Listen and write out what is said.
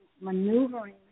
maneuvering